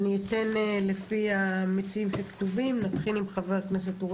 נתחיל עם חברי הכנסת.